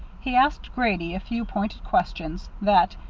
he asked grady a few pointed questions, that,